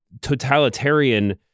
totalitarian